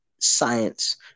science